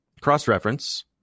cross-reference